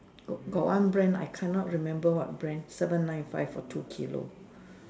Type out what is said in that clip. got one brand I can not remember what brand seven nine five for two kilo